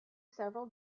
several